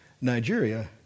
Nigeria